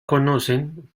conocen